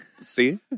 See